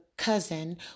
cousin